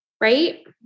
Right